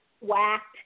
whacked